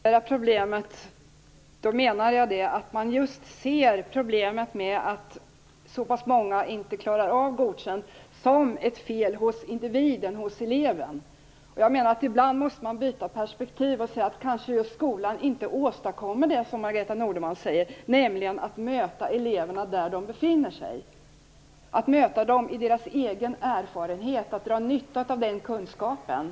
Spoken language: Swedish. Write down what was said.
Fru talman! När jag talar om att individualisera problemet menar jag att man ser just problemet med att så pass många inte klarar av betyget Godkänd som ett fel hos individen, hos eleven. Ibland måste man byta perspektiv och säga att skolan kanske inte åstadkommer det som Margareta Nordenvall talar om. Det handlar alltså om att möta eleverna där de befinner sig, om deras egen erfarenhet samt om att dra nytta av den kunskapen.